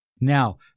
Now